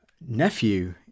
nephew